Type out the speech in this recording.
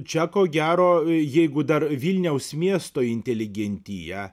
čia ko gero jeigu dar vilniaus miesto inteligentija